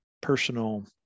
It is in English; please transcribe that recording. personal